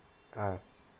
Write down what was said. ah